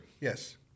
Yes